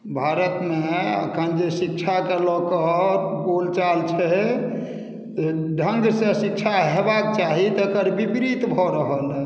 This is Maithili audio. भारतमे अखन जे शिक्षाके लऽ कऽ बोलचाल छै ढङ्ग से शिक्षा हेबाक चाही तेकर विपरीत भऽ रहल हइ